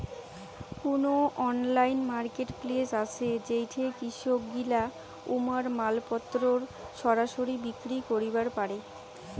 কুনো online marketplace আছে যেইঠে কৃষকগিলা উমার মালপত্তর সরাসরি বিক্রি করিবার পারে?